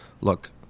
look